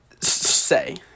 say